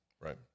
Right